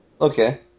Okay